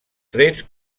trets